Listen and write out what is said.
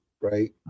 right